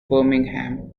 birmingham